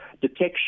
Detection